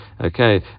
Okay